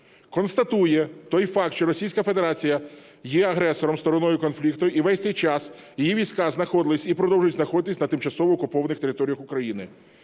Констатує той факт, що Російська Федерація є агресором (стороною конфлікту) і весь цей час її війська знаходились і продовжують знаходитись на тимчасово окупованих територіях України.